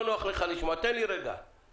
אני